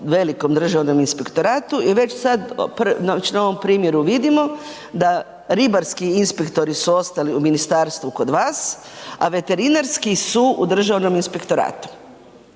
velikom Državnom inspektoratu i već sad, već na ovom primjeru vidimo da ribarski inspektori su ostali u ministarstvu kod vas, a veterinarski su u Državnom inspektoratu.